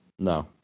No